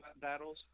battles